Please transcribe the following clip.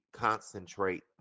concentrate